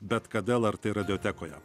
bet kada lrt radiotekoje